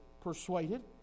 persuaded